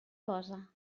posa